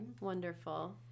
Wonderful